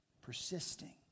persisting